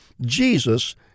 Jesus